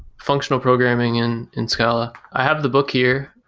functional programming in in scala. i have the book here.